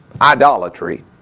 Idolatry